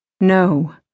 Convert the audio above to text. No